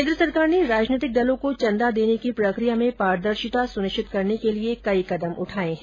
केन्द्र सरकार ने राजनीतिक दलों को चंदा देने की प्रक्रिया में पारदर्शिता सुनिश्चित करने के लिए अनेक कदम उठाए हैं